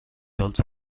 also